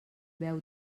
beu